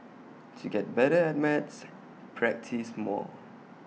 to get better at maths practise more